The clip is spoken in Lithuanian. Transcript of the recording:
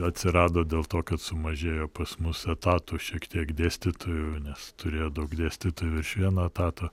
atsirado dėl to kad sumažėjo pas mus etatų šiek tiek dėstytojų nes turėjo daug dėstytojų virš vieno etato